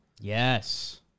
Yes